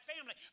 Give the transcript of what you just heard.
family